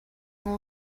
all